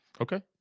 Okay